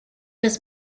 was